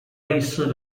类似